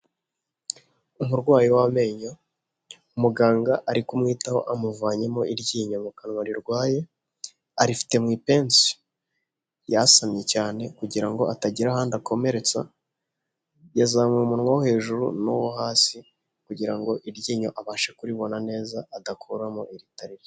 Umurwayi w'amenyo, muganga ari kumwitaho amuvanyemo iryinyo mu kanwa rirwaye, arifite mu ipensi, yasamye cyane kugira ngo atagira ahandi akomeretsa, yazamuye umunwa wo hejuru n'uwo hasi kugira ngo iryinyo abashe kuribona neza adakuramo iritari ryo.